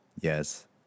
Yes